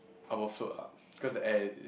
I will float up cause the air it it